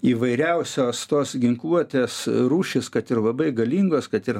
įvairiausios tos ginkluotės rūšys kad ir labai galingos kad ir